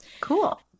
Cool